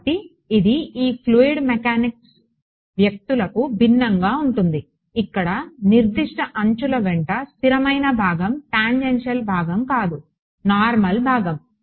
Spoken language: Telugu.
కాబట్టి ఇది ఈ ఫ్లూయిడ్ మెకానిక్స్ వ్యక్తులకు భిన్నంగా ఉంటుంది ఇక్కడ నిర్దిష్ట అంచుల వెంట స్థిరమైన భాగం టాంజెన్షియల్ భాగం కాదు నార్మల్ భాగం